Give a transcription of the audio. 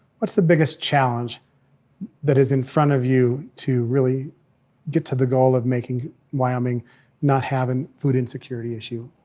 what's the biggest challenge that is in front of you to really get to the goal of making wyoming not having a food insecurity issue.